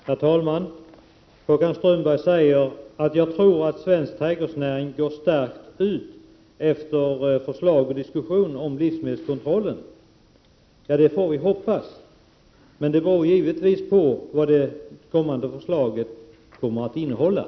Herr talman! Håkan Strömberg tror att den svenska trädgårdsnäringen kommer att få en förstärkt ställning med tanke på det som föreslagits och diskuterats beträffande livsmedelskontrollen. Ja, det får vi hoppas. Men givetvis blir det kommande förslaget avgörande för hur det blir med den saken.